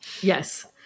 Yes